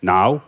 Now